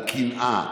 על קנאה,